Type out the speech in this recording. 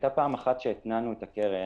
הייתה פעם אחת שהתנענו את הקרן.